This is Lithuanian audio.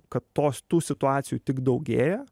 kad tos tų situacijų tik daugėja